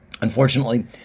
Unfortunately